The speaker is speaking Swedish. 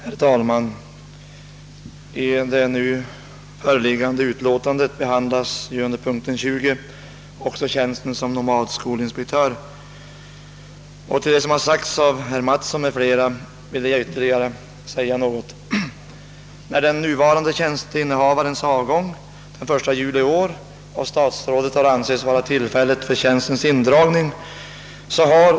Herr talman! I det nu föreliggande utlåtandet behandlas under punkt 20 också tjänsten som nomadskolinspektör och jag vill säga några ord om den utöver vad som redan har sagts av herr Mattsson m.fl. Statsrådet har ansett det vara ett lämpligt tillfälle att dra in tjänsten vid den nuvarande tjänsteinnehavarens avgång den 1 juli i år.